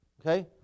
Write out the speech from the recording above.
Okay